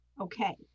Okay